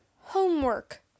Homework